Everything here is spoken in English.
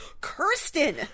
Kirsten